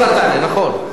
ואז אתה תעלה, נכון.